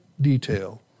detail